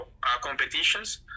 competitions